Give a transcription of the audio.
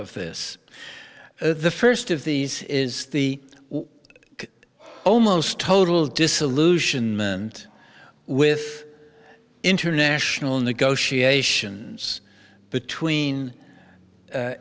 of this the first of these is the almost total disillusionment with international negotiations between